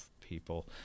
people